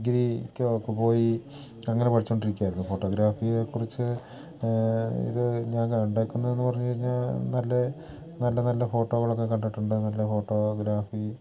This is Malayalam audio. ഡിഗ്രിക്കോ ഒക്കെ പോയി അങ്ങനെ പഠിച്ചുകൊണ്ടിരിക്കുകയായിരുന്നു ഫോട്ടോഗ്രാഫിയെ കുറിച്ച് ഇത് ഞാൻ കണ്ടേക്കുന്നതെന്ന് പറഞ്ഞു കഴിഞ്ഞാൽ നല്ല നല്ല നല്ല ഫോട്ടോകളൊക്കെ കണ്ടിട്ടുണ്ട് നല്ല ഫോട്ടോഗ്രാഫി